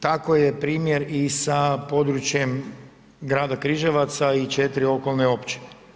Tako je primjer i sa područjem Grada Križevaca i 4 okolne općine.